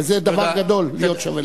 וזה דבר גדול להיות שווה לכם.